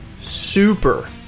super